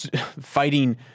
fighting